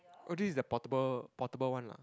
oh this is the portable portable one lah